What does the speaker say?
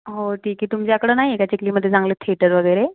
हो ठीक आहे तुमच्याकडे नाही आहे का चिखलीमध्ये चांगलं थेटर वगैरे